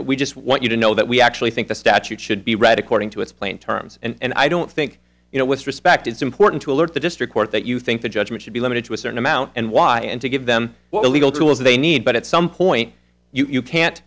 we just want you to know that we actually think the statute should be read according to its plain terms and i don't think you know with respect it's important to alert the district court that you think the judgment should be limited to a certain amount and why and to give them what legal tools they need but at some point you can't